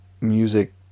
music